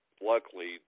luckily